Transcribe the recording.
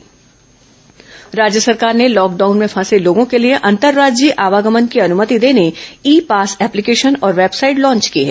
corona e pass राज्य सरकार ने लॉकडाउन में फंसे लोगों के लिए अंतर्राज्यीय आवागमन की अनुमति देने ई पास एप्लीकेशन और वेबसाइट लॉन्च की है